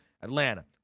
Atlanta